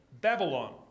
Babylon